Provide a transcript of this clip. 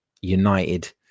United